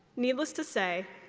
needless to say,